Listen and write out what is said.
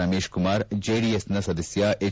ರಮೇಶ್ ಕುಮಾರ್ ಜೆಡಿಎಸ್ ಸದಸ್ಕ ಎಚ್